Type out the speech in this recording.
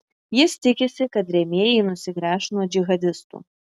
jis tikisi kad rėmėjai nusigręš nuo džihadistų